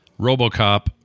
Robocop